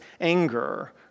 anger